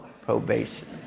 probation